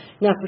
Now